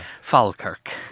Falkirk